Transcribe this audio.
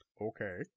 Okay